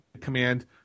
command